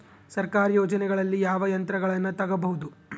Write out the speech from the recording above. ಸರ್ಕಾರಿ ಯೋಜನೆಗಳಲ್ಲಿ ಯಾವ ಯಂತ್ರಗಳನ್ನ ತಗಬಹುದು?